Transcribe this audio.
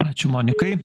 ačiū monikai